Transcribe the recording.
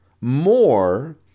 more